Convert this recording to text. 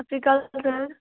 ਸਤਿ ਸ਼੍ਰੀ ਅਕਾਲ ਸਰ